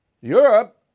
Europe